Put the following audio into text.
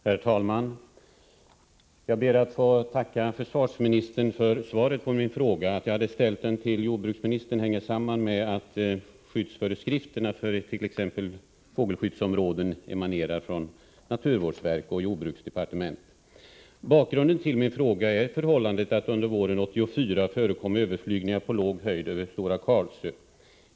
Herr talman! Jag ber att få tacka försvarsministern för svaret på min fråga. Att jag hade ställt frågan till jordbruksministern hänger samman med att skyddsföreskrifterna för t.ex. fågelskyddsområden emanerar från naturvårdsverket och jordbruksdepartementet. Bakgrunden till min fråga är det förhållandet att det under våren 1984 förekom överflygningar på låg höjd över Stora Karlsö.